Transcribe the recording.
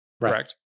Correct